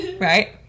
right